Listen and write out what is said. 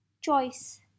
choice